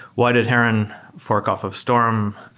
why did heron fork off of storm?